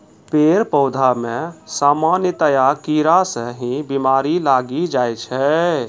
पेड़ पौधा मॅ सामान्यतया कीड़ा स ही बीमारी लागी जाय छै